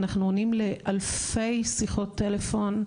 אנחנו עונים לאלפי שיחות טלפון,